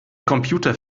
computer